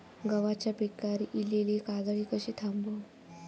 गव्हाच्या पिकार इलीली काजळी कशी थांबव?